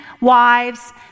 wives